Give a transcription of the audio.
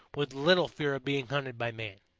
with little fear of being hunted by man.